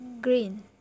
green